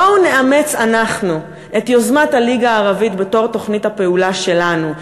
בואו נאמץ אנחנו את יוזמת הליגה הערבית בתור תוכנית הפעולה שלנו.